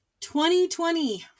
2020